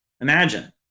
imagine